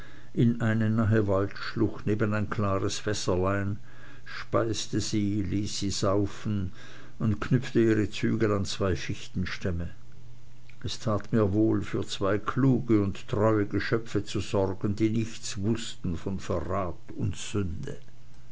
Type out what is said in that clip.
in eine nahe waldschlucht neben ein klares wässerlein speiste sie ließ sie saufen und knüpfte ihre zügel an zwei fichtenstämme es tat mir wohl für zwei kluge und treue geschöpfe zu sorgen die nichts wußten von verrat und sünde